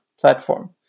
platform